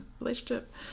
relationship